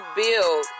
build